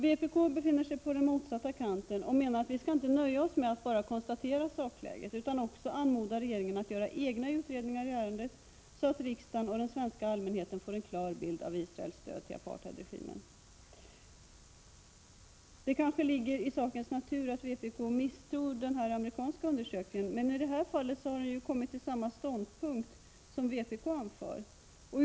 Vpk befinner sig på den motsatta kanten och menar att utskottet inte skall nöja sig med att bara konstatera sakläget utan också skall anmoda regeringen att göra egna utredningar i ärendet så att riksdagen och den svenska allmänheten får en klar bild av Israels stöd till apartheidregimen. Det kanske ligger i sakens natur att vpk misstror amerikanska undersökningar, men i detta fall har man ju kommit fram till samma ståndpunkt som vpk anför.